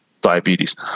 diabetes